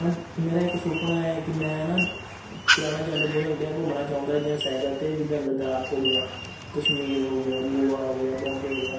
ਹੁਣ ਮੇਰਾ ਇੱਕ ਸੁਪਨਾ ਹੈ ਕਿ ਮੈਂ ਨਾ ਜਾਣਾ ਚਾਹੁੰਦਾ ਪੂਰਾ ਇੰਡੀਆ ਘੁੰਮਣਾ ਚਾਹੁੰਦਾ ਜਿਵੇਂ ਸਾਈਕਲ 'ਤੇ ਜਿੱਦਾਂ ਲਦਾਖ ਹੋ ਗਿਆ ਕਸ਼ਮੀਰ ਹੋ ਗਿਆ ਗੋਆ ਹੋ ਗਿਆ ਬੋਂਬੇ ਹੋ ਗਿਆ